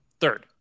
Third